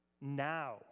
now